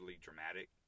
dramatic